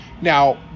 Now